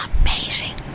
amazing